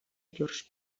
llurs